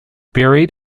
buried